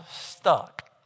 stuck